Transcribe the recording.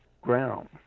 ground